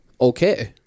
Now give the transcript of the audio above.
okay